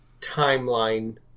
timeline